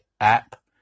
app